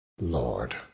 Lord